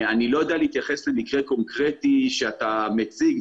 אני לא יודע להתייחס למקרה קונקרטי שאתה מציג,